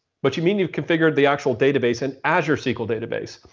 but you mean you've configured the actual database in azure sql database,